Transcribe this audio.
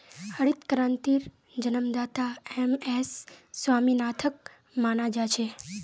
हरित क्रांतिर जन्मदाता एम.एस स्वामीनाथनक माना जा छे